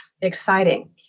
exciting